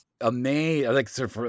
amazing